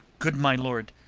good my lord,